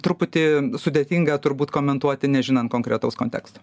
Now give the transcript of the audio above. truputį sudėtinga turbūt komentuoti nežinant konkretaus konteksto